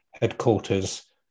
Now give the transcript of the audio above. headquarters